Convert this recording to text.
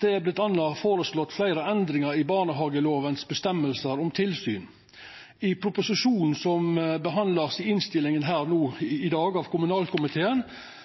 Det er bl.a. føreslått fleire endringar i barnehagelovens føresegner om tilsyn. I innstillinga frå kommunalkomiteen til proposisjonen som vert behandla i